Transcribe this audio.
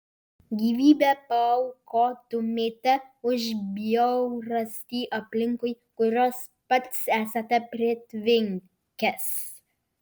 gyvybę paaukotumėte už bjaurastį aplinkui kurios pats esate pritvinkęs